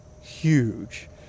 huge